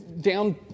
down